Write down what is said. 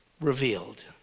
revealed